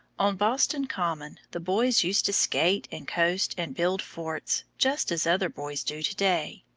on boston common the boys used to skate and coast and build forts, just as other boys do to-day.